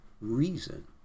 reason